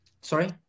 sorry